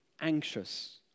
anxious